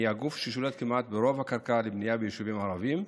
היא הגוף ששולט ברוב הקרקע לבנייה ביישובים הערביים.